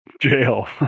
jail